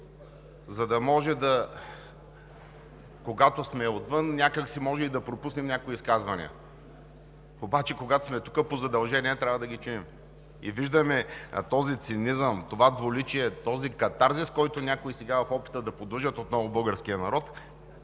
парламент. Когато сме отвън, може и да пропуснем някое изказване, обаче когато сме тук, по задължение трябва да ги чуем и виждаме този цинизъм, това двуличие, този катарзис, който някои сега, в опит да подлъжат отново българския народ,